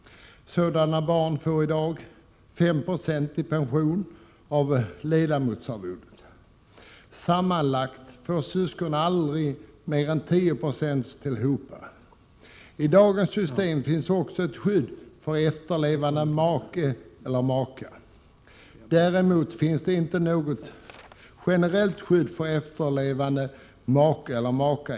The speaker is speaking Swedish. Dessa barn får i dag 5 96 av ledamotsarvodet i pension. Sammanlagt får syskon dock aldrig mer än 10 9 tillhopa. I dagens system finns också ett skydd för efterlevande make eller maka. I det nya systemet däremot finns det inte något generellt skydd för efterlevande make eller maka.